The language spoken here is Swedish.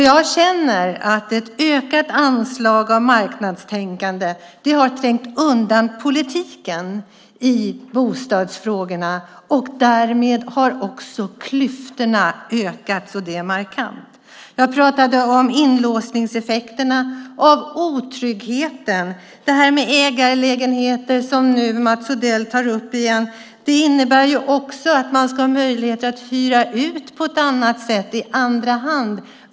Jag känner att ett ökat inslag av marknadstänkande har trängt undan politiken i bostadsfrågorna. Därmed har klyftorna ökat, och det markant. Jag pratade om inlåsningseffekterna av otryggheten. Detta med ägarlägenheter, som Mats Odell nu tar upp igen, innebär också att man ska ha möjlighet att hyra ut på ett annat sätt i andra hand.